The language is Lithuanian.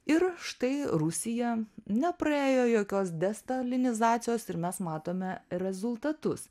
ir štai rusija nepraėjo jokios destanilizacijos ir mes matome rezultatus